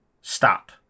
stop